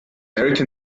american